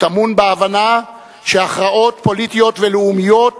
הוא טמון בהבנה שהכרעות פוליטיות ולאומיות